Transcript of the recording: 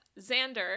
Xander